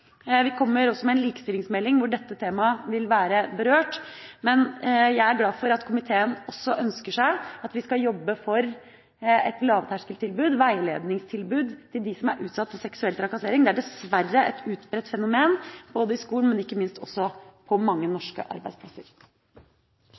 Vi kommer også med en likestillingsmelding hvor dette temaet vil være berørt, men jeg er glad for at komiteen også ønsker at vi skal jobbe for et lavterskeltilbud, et veiledningstilbud til dem som er utsatt for seksuell trakassering; det er dessverre et utbredt fenomen både i skolen og på mange